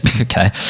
Okay